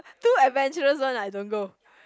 too adventurous one I don't go